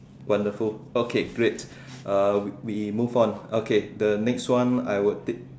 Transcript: wonderful okay great uh we we move on okay the next one I would tick